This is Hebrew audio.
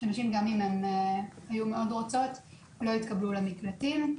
שגם אם נשים היו רוצות מאוד הן לא התקבלו למקלטים.